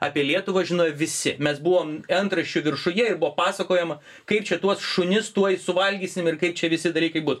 apie lietuvą žinojo visi mes buvom antraščių viršuje ir buvo pasakojama kaip čia tuos šunis tuoj suvalgysim ir kaip čia visi dalykai bus